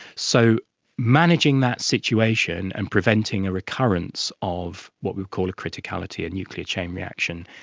so managing that situation and preventing a recurrence of what we call a criticality, a nuclear chain reaction,